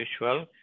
usual